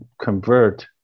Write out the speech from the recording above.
convert